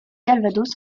calvados